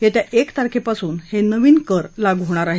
येत्या एक तारखेपासून हे नवीन कर लागू होणार आहेत